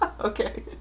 okay